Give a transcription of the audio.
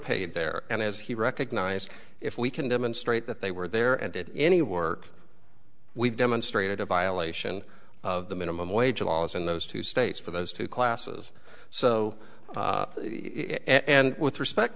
paid there and as he recognized if we can demonstrate that they were there and did any work we've demonstrated a violation of the minimum wage laws in those two states for those two classes so and with respect